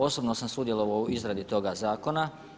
Osobno sam sudjelovao u izradi toga zakona.